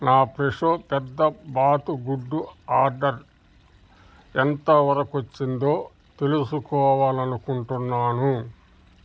నా ఫ్రెషో పెద్ద బాతు గుడ్డు ఆర్డర్ ఎంతవరకొచ్చిందో తెలుసుకోవాలనుకుంటున్నాను